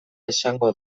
esango